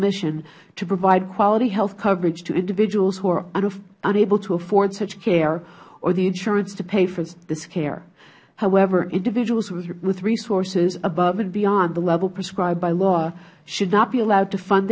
mission to provide quality health coverage to individuals who are unable to afford such care or the insurance to pay for this care however individuals with resources above and beyond the level prescribed by law should not be allowed to fund